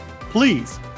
please